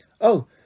Oh